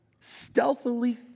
stealthily